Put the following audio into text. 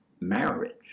marriage